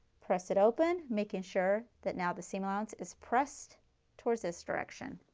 press it open making sure that now the seam allowance is pressed towards this direction.